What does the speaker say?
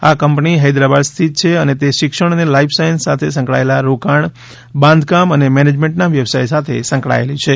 આ કંપની હૈદરાબાદ સ્થિત છે અને તે શિક્ષણ અને લાઈફ સાયન્સિસ સાથે સંકળાયેલા રોકાણ બાંધકામ અને મેનેજમેન્ટના વ્યવસાય સાથે સંકળાયેલી છે